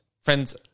friends